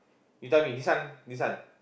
you tell me this one this one